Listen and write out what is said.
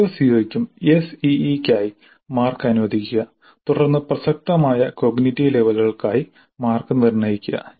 ഓരോ CO ക്കും SEE ക്കായി മാർക്ക് അനുവദിക്കുക തുടർന്ന് പ്രസക്തമായ കോഗ്നിറ്റീവ് ലെവലുകൾക്കായി മാർക്ക് നിർണ്ണയിക്കുക